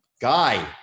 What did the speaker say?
guy